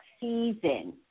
season